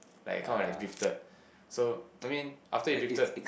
like kind of like drifted so I mean after you drifted